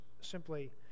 simply